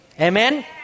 Amen